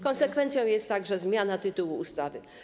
Konsekwencją jest także zmiana tytułu ustawy.